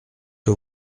que